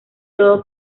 todo